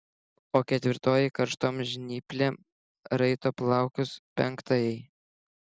o ketvirtoji karštom žnyplėm raito plaukus penktajai